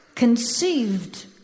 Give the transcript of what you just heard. conceived